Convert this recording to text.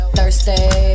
Thursday